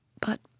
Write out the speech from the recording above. But